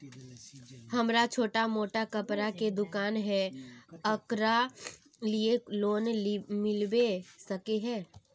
हमरा छोटो मोटा कपड़ा के दुकान है ओकरा लिए लोन मिलबे सके है?